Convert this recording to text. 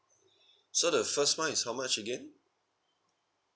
so the first one is how much again